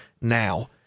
now